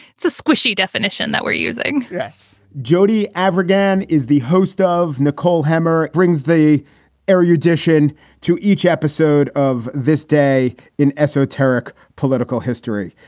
it's a squishy definition that we're using. yes jodi avidan is the host ah of nicole hemmer, brings the erudition to each episode of this day in esoteric political history.